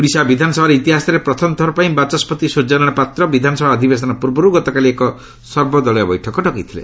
ଓଡ଼ିଶା ବିଧାନସଭାର ଇତିହାସରେ ପ୍ରଥମଥର ପାଇଁ ବାଚସ୍କତି ସ୍ୱର୍ଯ୍ୟନାରାୟଣ ପାତ୍ର ବିଧାନସଭା ଅଧିବେଶନ ପୂର୍ବରୁ ଗତକାଲି ଏକ ସର୍ବଦଳୀୟ ବୈଠକ ଡକାଇଥିଲେ